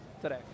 today